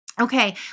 Okay